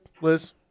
Liz